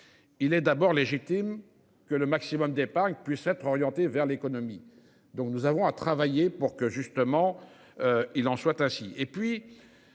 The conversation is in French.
Il est d'abord légitime que le maximum d'épargne puissent être orientées vers l'économie. Donc nous avons à travailler pour que justement. Il en soit ainsi.